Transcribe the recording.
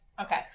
Okay